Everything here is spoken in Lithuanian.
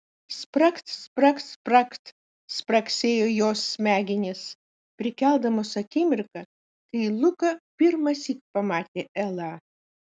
spragt spragt spragt spragsėjo jos smegenys prikeldamos akimirką kai luka pirmąsyk pamatė elą